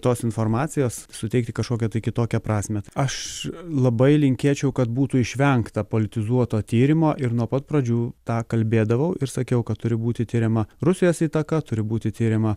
tos informacijos suteikti kažkokią tai kitokią prasmę aš labai linkėčiau kad būtų išvengta politizuoto tyrimo ir nuo pat pradžių tą kalbėdavau ir sakiau kad turi būti tiriama rusijos įtaką turi būti tiriama